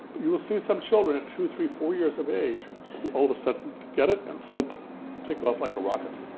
you will some children at two, three, four years of age all of a sudden get it and so but take off like a rocket.